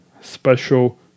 Special